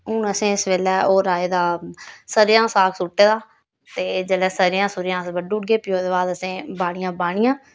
हून असें इस बेल्लै ओह् राहे दा सरेआं दा साग सुट्टे दा ते जेल्लै सरेआ सुरेआं अस बड्डू उड़गे ते फ्ही ओह्दे बाद असें बाड़ियां बाह्नियां